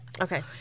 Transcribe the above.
Okay